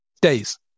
days